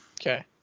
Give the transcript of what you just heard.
Okay